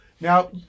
now